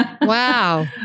Wow